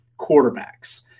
quarterbacks